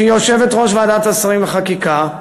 שהיא יושבת-ראש ועדת השרים לחקיקה,